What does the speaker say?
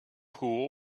pool